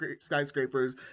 skyscrapers